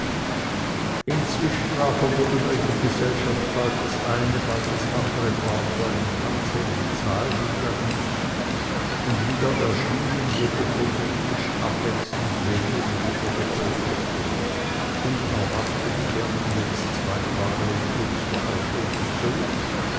inzwischen war von der übrigen gesellschaft bald das eine bald das andere paar zu einem tanze in den saal gegangen und wieder erschienen wodurch unser tisch abwechselnd leer oder wieder bevölkert wurde unerwartet kehrten jetzt zwei paare in höchster aufregung zurück